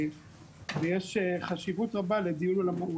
ויש חשיבות רבה לדיון על המהות.